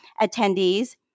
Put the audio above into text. attendees